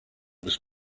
was